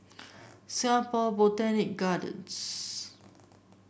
Singapore Botanic Gardens